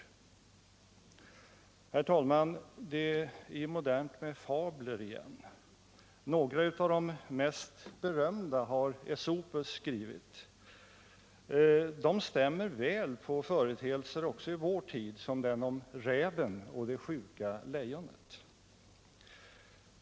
Det är ju modernt med fabler igen. Några av de mest berömda har Aisopos skrivit. De stämmer väl på företeelser i vår tid, t.ex. den om räven och det sjuka lejonet.